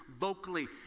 vocally